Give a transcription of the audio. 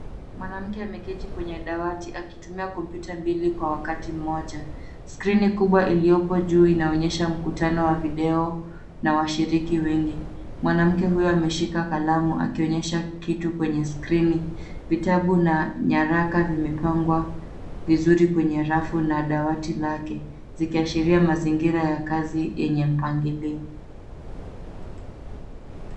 Mwanamke ameketi kwenye dawati akitumia kompyuta mbili kwa wakati mmoja. skrini kubwa ilioko juu ikionyesha mkutano wa video na washiriki wengi. Mwanamke huyu ameshika kalamu akionyesha kitu kwenye skrini. Vitabu na nyaraka vimepangwa vizuri kwenye rafu na dawati lake, zikiashiria mazingira ya kazi yenye mpangilio.